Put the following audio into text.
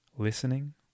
listening